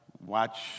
watch